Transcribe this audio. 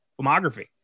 filmography